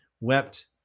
wept